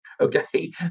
okay